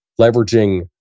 leveraging